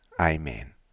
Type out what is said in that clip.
Amen